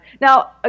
Now